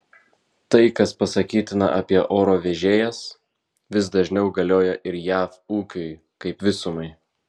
tai kas pasakytina apie oro vežėjas vis dažniau galioja ir jav ūkiui kaip visumai